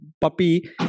puppy